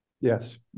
Yes